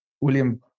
William